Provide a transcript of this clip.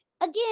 again